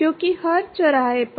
क्योंकि हर चौराहे पर